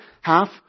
half